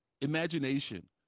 Imagination